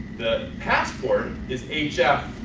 the passport is hf,